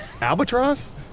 albatross